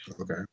okay